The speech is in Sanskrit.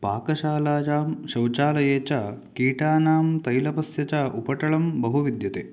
पाकशालायां शौचालये च कीटानां तैलपस्य च उपटलं बहु विद्यते